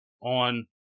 on